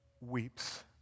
weeps